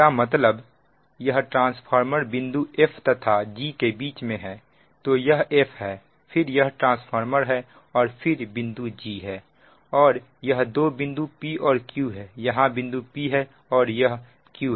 इसका मतलब यह ट्रांसफार्मर बिंदु f तथा g के बीच में है तो यह f है फिर यह ट्रांसफार्मर है और फिर बिंदु g है और यह दो बिंदु p और q है यह बिंदु p है और यह q है